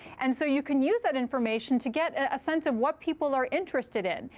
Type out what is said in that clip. and so you can use that information to get a sense of what people are interested in.